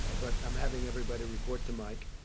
ah but i'm having everybody report to mike.